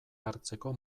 hartzeko